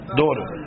daughter